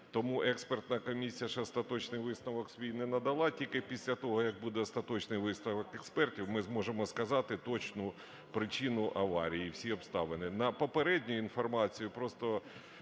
Тому експертна комісії ще остаточний висновок свій не надала. Тільки після того, як буде остаточний висновок експертів, ми зможемо сказати точну причину аварії і всі обставини.